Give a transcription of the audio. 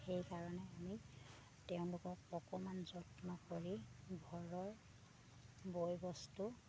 সেইকাৰণে আমি তেওঁলোকক অকণমান যত্ন কৰি ঘৰৰ বয়বস্তু